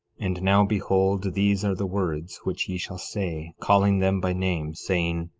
and now behold, these are the words which ye shall say, calling them by name, saying